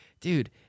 dude